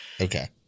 Okay